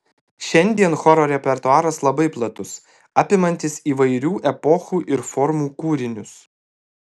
šiandien choro repertuaras labai platus apimantis įvairių epochų ir formų kūrinius